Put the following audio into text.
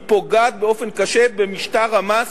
היא פוגעת באופן קשה במשטר המס,